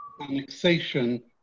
annexation